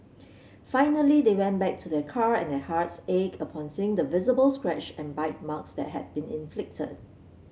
finally they went back to their car and their hearts ached upon seeing the visible scratch and bite marks that had been inflicted